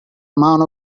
amount